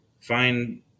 find